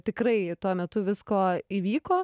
tikrai tuo metu visko įvyko